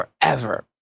forever